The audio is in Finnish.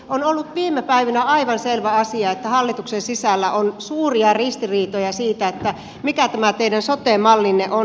on ollut viime päivinä aivan selvä asia että hallituksen sisällä on suuria ristiriitoja siitä mikä tämä teidän sote mallinne on